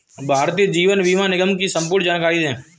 भारतीय जीवन बीमा निगम की संपूर्ण जानकारी दें?